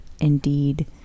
indeed